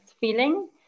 feeling